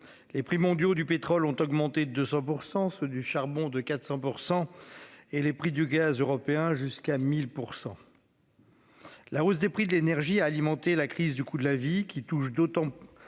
Les prix mondiaux du pétrole ont augmenté de 100%, ceux du charbon de 400% et les prix du gaz européen jusqu'à 1000%. La hausse des prix de l'énergie à alimenter la crise du coût de la vie qui touche d'autant. Plus